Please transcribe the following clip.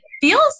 feels